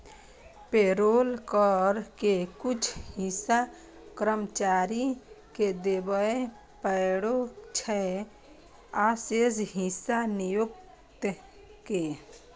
payroll कर के कुछ हिस्सा कर्मचारी कें देबय पड़ै छै, आ शेष हिस्सा नियोक्ता कें